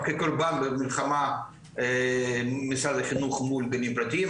כקורבן במלחמה של משרד החינוך מול גנים פרטיים,